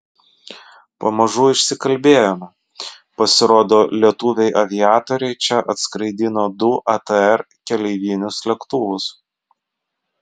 pamažu išsikalbėjome pasirodo lietuviai aviatoriai čia atskraidino du atr keleivinius lėktuvus